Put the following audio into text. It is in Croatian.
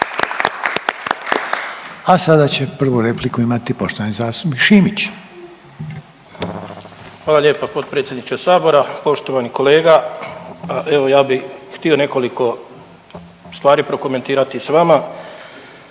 A sada će prvu repliku imati poštovani zastupnik Šimić. **Šimić, Hrvoje (HDZ)** Hvala lijepa potpredsjedniče sabora. Poštovani kolega, evo ja bi htio nekoliko stvari prokomentirati s vama,